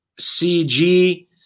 CG